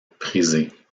prisée